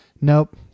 nope